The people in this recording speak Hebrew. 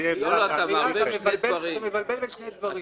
תהיה --- אתה מבלבל בין שני דברים.